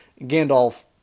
Gandalf